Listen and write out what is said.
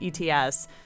ETS